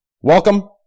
Welcome